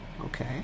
Okay